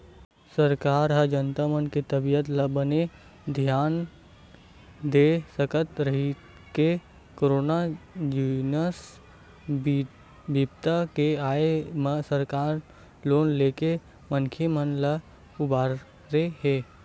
सरकार जनता मन के तबीयत ल बने धियान दे सकय कहिके करोनो जइसन बिपदा के आय म सरकार लोन लेके मनखे मन ल उबारे हे